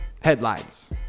headlines